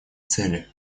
цели